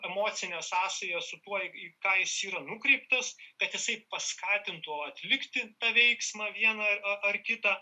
emocinę sąsają su tuo į ką jis yra nukreiptas kad jisai paskatintų atlikti tą veiksmą vieną ar kitą